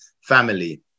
family